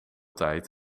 tijd